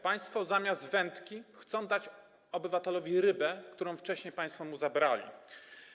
Państwo zamiast wędki chcą dać obywatelowi rybę, którą wcześniej państwo mu zabrali.